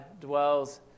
dwells